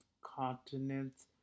continents